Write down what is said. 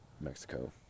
Mexico